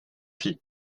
pis